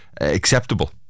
acceptable